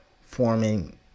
forming